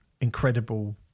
incredible